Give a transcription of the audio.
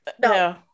no